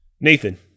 Nathan